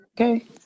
Okay